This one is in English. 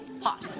hot